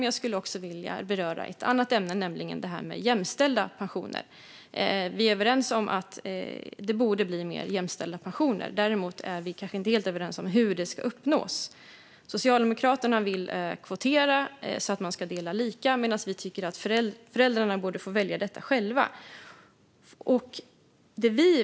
Jag skulle nu vilja beröra ett ämne, nämligen detta med jämställda pensioner. Vi är överens om att det borde bli mer jämställda pensioner. Däremot är vi kanske inte helt överens om hur det ska uppnås. Socialdemokraterna vill kvotera, så att man delar lika. Vi tycker att föräldrarna borde få välja detta själva.